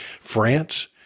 France